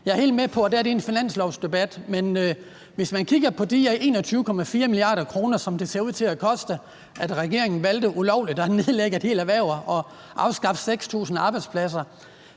Jeg er helt med på, at det her er en finanslovsdebat, men hvis man kigger på de 21,4 mia. kr., som det ser ud til at koste, at regeringen valgte ulovligt at nedlægge et helt erhverv og afskaffe 6.000 arbejdspladser,